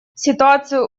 ситуацию